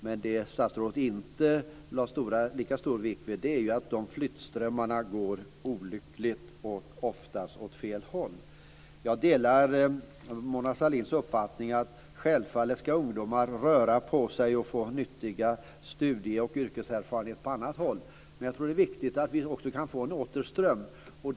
Men det som statsrådet inte lade lika stor vikt vid är att de flyttströmmarna går olyckligt och oftast åt fel håll. Jag delar Mona Sahlins uppfattning att självfallet ska ungdomar röra på sig och få nyttiga studie och yrkeserfarenheter på annat håll. Men jag tror att det är viktigt att vi också kan få en återström.